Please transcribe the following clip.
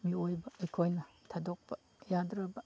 ꯃꯤꯑꯣꯏꯕ ꯑꯩꯈꯣꯏꯅ ꯊꯥꯗꯣꯛꯄ ꯌꯥꯗ꯭ꯔꯕ